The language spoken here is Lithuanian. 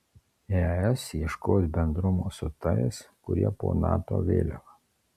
es ieškos bendrumo su tais kurie po nato vėliava